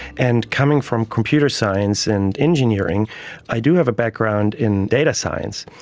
and coming from computer science and engineering i do have a background in data science.